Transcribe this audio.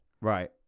Right